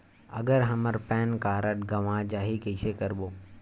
अगर हमर pan card गवां जाही कइसे करबो?